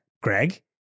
Greg